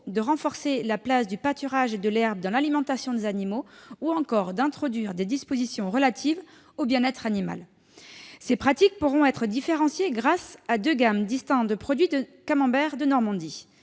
de renforcer la place du pâturage et de l'herbe dans l'alimentation des animaux ou encore d'introduire des dispositions relatives au bien-être animal. Ces pratiques pourront être différenciées grâce à deux gammes distinctes de camembert de Normandie.